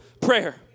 prayer